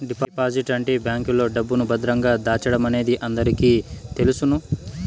deposit అంటే బ్యాంకులో డబ్బును భద్రంగా దాచడమనేది అందరికీ తెలుసును